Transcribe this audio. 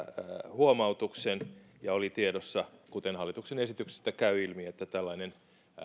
huomautuksen ja oli tiedossa kuten hallituksen esityksestä käy ilmi että tällainen